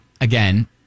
again